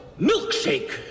milkshake